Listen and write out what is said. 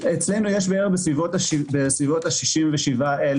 אצלנו יש בערך בסביבות ה-67,000,